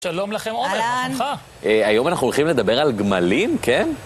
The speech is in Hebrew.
שלום לכם עומר, אהלן, מה שלומך? אה, היום אנחנו הולכים לדבר על גמלים, כן?